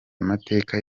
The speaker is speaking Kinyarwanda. amateka